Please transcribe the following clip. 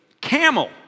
camel